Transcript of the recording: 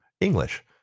English